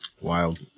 Wild